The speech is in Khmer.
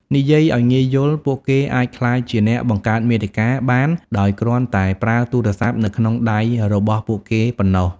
និយាយឲ្យងាយយល់ ពួកគេអាចក្លាយជាអ្នកបង្កើតមាតិកាបានដោយគ្រាន់តែប្រើទូរស័ព្ទនៅក្នុងដៃរបស់ពួកគេប៉ុណ្ណោះ។